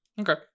Okay